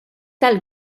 tal